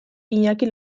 iñaki